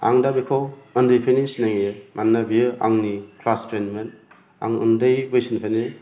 आं दा बेखौ ओन्दैनिफ्रायनो सिनायो मानोना बियो आंनि क्लास प्रेन्डमोन आं उन्दै बैसोनिफ्रायनो